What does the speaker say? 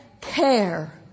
care